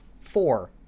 four